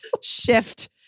shift